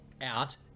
Out